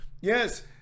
yes